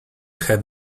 have